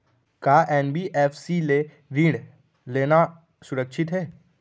का एन.बी.एफ.सी ले ऋण लेना सुरक्षित हे?